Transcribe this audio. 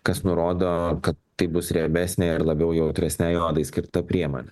kas nurodo kad tai bus riebesnė ir labiau jautresnei odai skirta priemonė